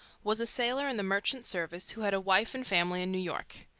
was a sailor in the merchant service who had a wife and family in new york.